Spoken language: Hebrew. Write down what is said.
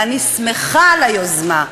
ואני שמחה על היוזמה,